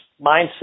mindset